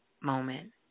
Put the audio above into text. moment